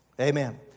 Amen